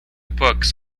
books